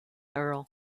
earl